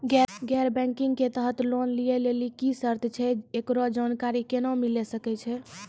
गैर बैंकिंग के तहत लोन लए लेली की सर्त छै, एकरो जानकारी केना मिले सकय छै?